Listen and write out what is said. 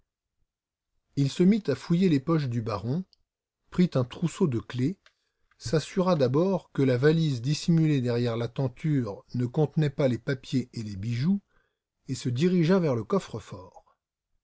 il se mit à fouiller les poches du baron prit un trousseau de clefs s'assura d'abord que la valise dissimulée derrière la tenture ne contenait pas les papiers et les bijoux et se dirigea vers le